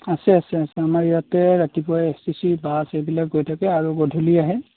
আছে আছে আছে আমাৰ ইয়াতে ৰাতিপুৱাই এচ টি চি বাছ এইবিলাক গৈ থাকে আৰু গধূলি আহে